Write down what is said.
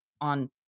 on